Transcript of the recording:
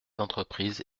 entreprises